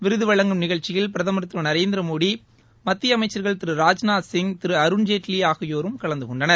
விருது வழங்கும் நிகழ்ச்சியில் பிரதமர் திரு நரேந்திரமோடி மத்திய அமைச்சர்கள் திரு ராஜ்நாத் சிய் திரு அருண்ஜேட்லி ஆகியோரும் கலந்து கொண்டார்கள்